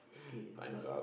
okay but